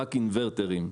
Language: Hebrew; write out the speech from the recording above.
ורק אינוורטרים.